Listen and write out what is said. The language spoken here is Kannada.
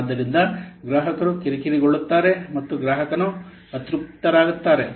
ಆದ್ದರಿಂದ ಗ್ರಾಹಕರು ಕಿರಿಕಿರಿಗೊಳ್ಳುತ್ತಾರೆ ಮತ್ತು ಗ್ರಾಹಕರು ಅತೃಪ್ತರಾಗುತ್ತಾರೆ